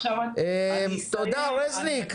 רזניק,